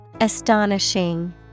Astonishing